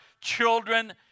children